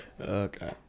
Okay